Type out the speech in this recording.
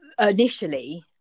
initially